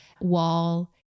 wall